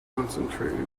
concentrated